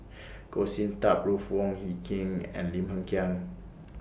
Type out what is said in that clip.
Goh Sin Tub Ruth Wong Hie King and Lim Hng Kiang